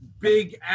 big